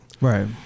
Right